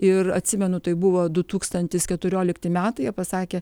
ir atsimenu tai buvo du tūkstantis keturiolikti metai jie pasakė